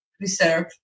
reserve